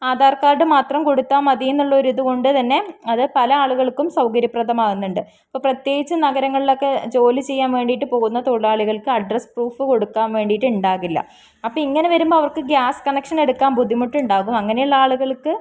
Aadhaar card മാത്രം കൊടുത്താല് മതിയെന്നുള്ളൊരിതുകൊണ്ട് തന്നെ അത് പലയാളുകൾക്കും സൗകര്യപ്രദമാകുന്നുണ്ട് ഇപ്പോള് പ്രത്യേകിച്ച് നഗരങ്ങളിലൊക്കെ ജോലി ചെയ്യാൻ വേണ്ടിയിട്ട് പോകുന്ന തൊഴിലാളികൾക്ക് അഡ്രസ് പ്രൂഫ് കൊടുക്കാൻ വേണ്ടിയിട്ടുണ്ടാകില്ല അപ്പോള് ഇങ്ങനെ വരുമ്പോള് അവർക്ക് ഗ്യാസ് കണക്ഷൻ എടുക്കാൻ ബുദ്ധിമുട്ടുണ്ടാകും അങ്ങനെയുള്ള ആളുകൾക്ക്